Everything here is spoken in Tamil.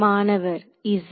மாணவர் z